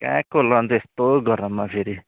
कहाँको यस्तो गरममा फेरि